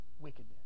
wickedness